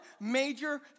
major